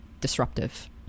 disruptive